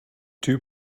two